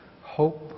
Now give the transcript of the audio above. hope